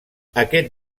aquest